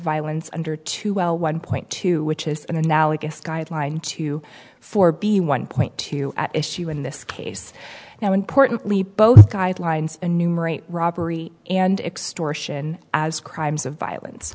violence under two well one point two which is an analogous guideline to four b one point two issue in this case now importantly both guidelines and numerate robbery and extortion as crimes of violence